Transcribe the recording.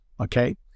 Okay